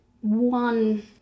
one